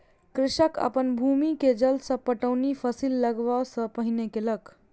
कृषक अपन भूमि के जल सॅ पटौनी फसिल लगबअ सॅ पहिने केलक